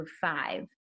five